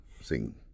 sing